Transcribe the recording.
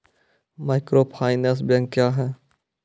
Microfinance bank क्या हैं?